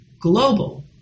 global